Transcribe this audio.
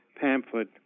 pamphlet